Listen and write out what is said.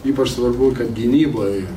ypač svarbu kad gynyboj